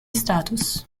status